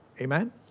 Amen